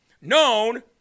known